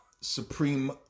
supreme